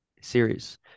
Series